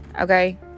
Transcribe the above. Okay